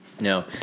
No